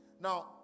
Now